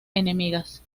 enemigas